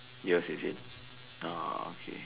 years is it orh okay